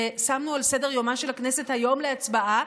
שמנו על סדר-יומה של הכנסת היום להצבעה